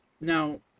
now